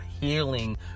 healing